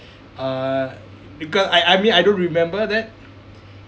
uh because I I mean I don't remember that